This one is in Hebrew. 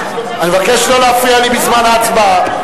אני מבקש לא להצביע לי בזמן ההצבעה.